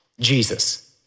Jesus